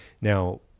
Now